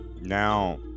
Now